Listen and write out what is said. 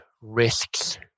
risks